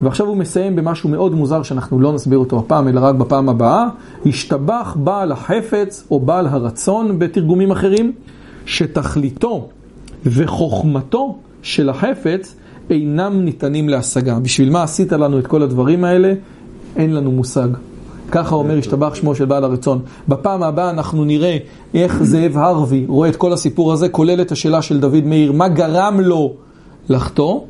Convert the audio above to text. ועכשיו הוא מסיים במשהו מאוד מוזר, שאנחנו לא נסביר אותו הפעם, אלא רק בפעם הבאה. השתבח בעל החפץ, או בעל הרצון, בתרגומים אחרים, שתכליתו וחוכמתו של החפץ אינם ניתנים להשגה. בשביל מה עשית לנו את כל הדברים האלה? אין לנו מושג. ככה אומר ישתבח שמו של בעל הרצון. בפעם הבאה אנחנו נראה איך זאב הארווי רואה את כל הסיפור הזה, כולל את השאלה של דוד מאיר, מה גרם לו לחטוא.